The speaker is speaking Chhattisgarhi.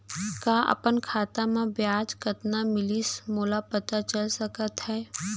का अपन खाता म ब्याज कतना मिलिस मोला पता चल सकता है?